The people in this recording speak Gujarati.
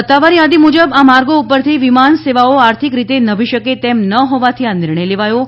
સત્તાવાર યાદી મુજબ આ માર્ગો ઉપરની વિમાન સેવાઓ આર્થિક રીતે નભી શકે તેમ ન હોવાથી આ નિર્ણય લેવાયો છે